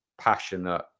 passionate